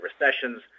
recessions